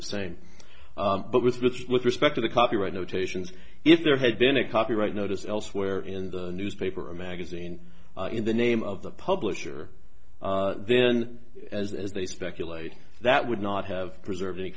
the same but was which with respect to the copyright notations if there had been a copyright notice elsewhere in the newspaper or magazine in the name of the publisher then as they speculate that would not have preserved